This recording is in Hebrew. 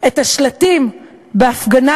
את השלטים בהפגנה,